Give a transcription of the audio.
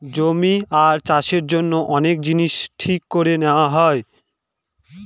জমি আর চাষের জন্য অনেক জিনিস ঠিক করে নেওয়া হয়